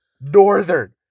northern